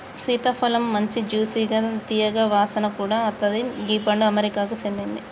సీతాఫలమ్ మంచి జ్యూసిగా తీయగా వాసన కూడా అత్తది గీ పండు అమెరికాకు సేందింది